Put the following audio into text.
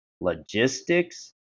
logistics